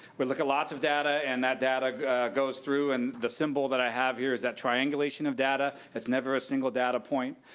we look at lots of data and that data goes through and the symbol that i have here is that triangulation of data. it's never a single data point,